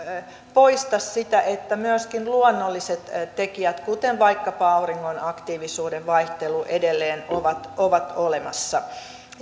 poista sitä että myöskin luonnolliset tekijät kuten vaikkapa auringon aktiivisuuden vaihtelu edelleen ovat ovat olemassa